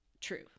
true